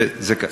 זה כך.